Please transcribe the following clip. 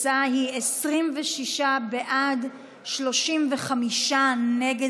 התוצאה היא 26 בעד, 35 נגד.